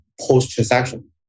post-transaction